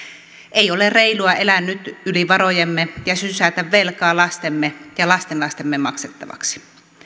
ei ole reilua elää nyt yli varojemme ja sysätä velkaa lastemme ja lastenlastemme maksettavaksi